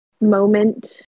moment